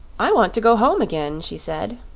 i want to go home again, she said.